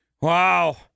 Wow